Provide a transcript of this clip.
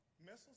missiles